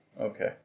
okay